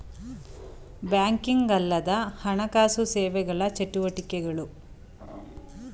Banking ಅಲ್ಲದ ಹಣಕಾಸು ಸೇವೆಗಳ ಚಟುವಟಿಕೆಗಳು ಯಾವುವು?